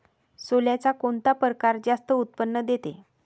सोल्याचा कोनता परकार जास्त उत्पन्न देते?